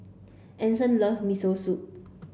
Anson love Miso Soup